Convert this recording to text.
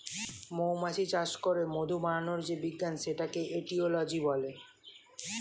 মৌমাছি চাষ করে মধু বানানোর যে বিজ্ঞান সেটাকে এটিওলজি বলে